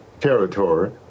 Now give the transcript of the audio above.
territory